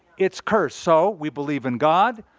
its cursed. so we believe in god.